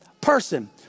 person